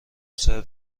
سرو